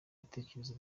bitekerezo